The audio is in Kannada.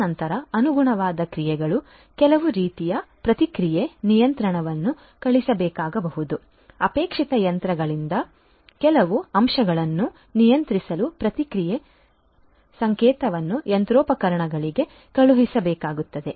ತದನಂತರ ಅನುಗುಣವಾದ ಕ್ರಿಯೆಗಳು ಕೆಲವು ರೀತಿಯ ಪ್ರತಿಕ್ರಿಯೆ ನಿಯಂತ್ರಣವನ್ನು ಕಳುಹಿಸಬೇಕಾಗಬಹುದು ಅಪೇಕ್ಷಿತ ಯಂತ್ರದಲ್ಲಿನ ಕೆಲವು ಅಂಶಗಳನ್ನು ನಿಯಂತ್ರಿಸಲು ಪ್ರತಿಕ್ರಿಯೆ ಸಂಕೇತವನ್ನು ಯಂತ್ರೋಪಕರಣಗಳಿಗೆ ಕಳುಹಿಸಬೇಕಾಗುತ್ತದೆ